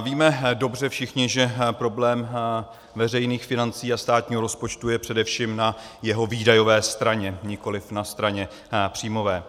Víme dobře všichni, že problém veřejných financí a státního rozpočtu je především na jeho výdajové straně, nikoliv na straně příjmové.